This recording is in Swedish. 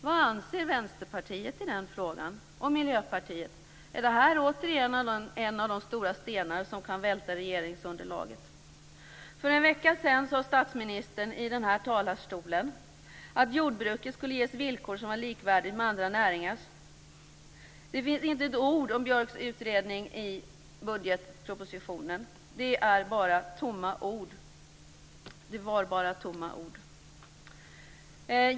Vad anser Vänsterpartiet och Miljöpartiet i den frågan? Är det här återigen en av de stora stenar som kan välta regeringsunderlaget? För en vecka sedan sade statsministern i denna talarstol: "Jordbruket skall ges villkor som är likvärdiga med andra näringars". Men det finns inte med ett enda ord om Björks utredning i budgetpropositionen - det var bara tomma ord.